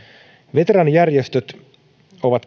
veteraanijärjestöt ovat